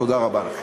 תודה רבה.